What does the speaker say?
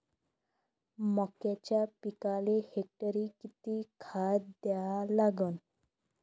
मक्याच्या पिकाले हेक्टरी किती खात द्या लागन?